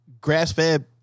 grass-fed